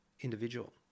individual